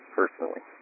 personally